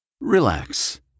Relax